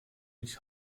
nicht